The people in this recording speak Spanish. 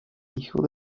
hijo